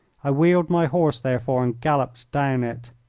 i wheeled my horse, therefore, and galloped down it.